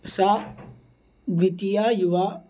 सा द्वितीया युवा